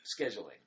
scheduling